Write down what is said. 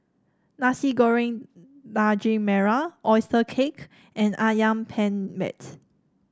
Nasi Goreng Daging Merah oyster cake and ayam penyet